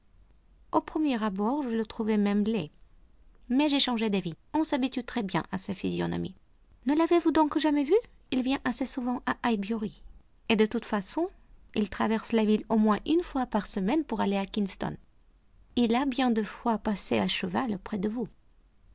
au premier abord je le trouvais même laid mais j'ai changé d'avis on s'habitue très bien à sa physionomie ne l'avez-vous donc jamais vu il vient assez souvent à highbury et de toute façon il traverse la ville au moins une fois par semaine pour aller à kingston il a bien des fois passé à cheval auprès de vous